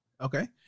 Okay